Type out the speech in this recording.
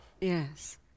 Yes